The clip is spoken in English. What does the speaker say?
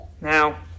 now